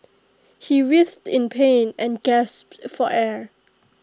he writhed in pain and gasped for air